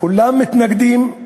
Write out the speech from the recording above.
כולם מתנגדים,